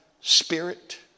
spirit